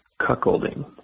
cuckolding